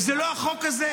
לא, זה לא החוק הזה.